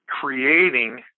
creating